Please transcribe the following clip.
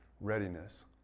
readiness